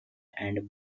and